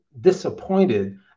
Disappointed